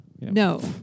No